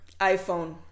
iPhone